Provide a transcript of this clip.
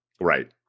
Right